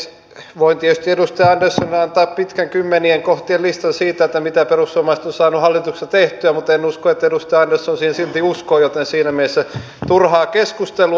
voin tietysti edustaja anderssonille antaa pitkän kymmenien kohtien listan siitä mitä perussuomalaiset ovat saaneet hallituksessa tehtyä mutta en usko että edustaja andersson siihen silti uskoo joten tämä olisi siinä mielessä turhaa keskustelua